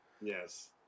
Yes